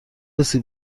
سیب